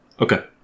Okay